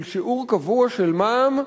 של שיעור קבוע של מע"מ,